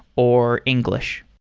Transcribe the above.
or english?